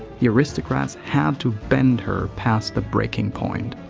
the aristocrats had to bend her past the breaking point.